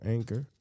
Anchor